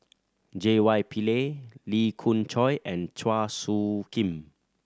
J Y Pillay Lee Khoon Choy and Chua Soo Khim